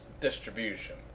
distribution